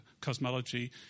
cosmology